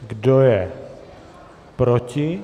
Kdo je proti?